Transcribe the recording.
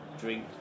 drink